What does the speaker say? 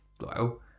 Wow